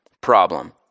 problem